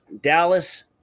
Dallas